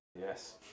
yes